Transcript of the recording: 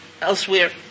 elsewhere